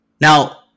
Now